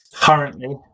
currently